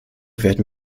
werden